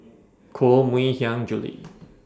Koh Mui Hiang Julie